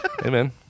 Amen